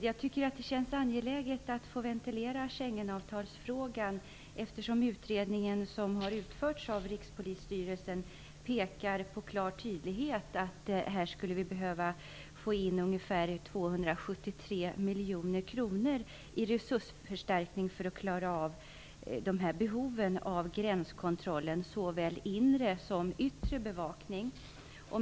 Jag tycker att det känns angeläget att få ventilera Schengenavtalsfrågan eftersom det i Rikspolisstyrelsens utredning med klar tydlighet påpekas att man skulle behöva få in ungefär 273 miljoner kronor i resursförstärkning för att klara av gränskontrollen, såväl den inre som den yttre.